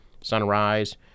Sunrise